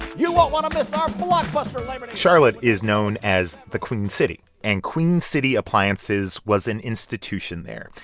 you won't want to miss our blockbuster labor day. charlotte is known as the queen city, and queen city appliances was an institution there.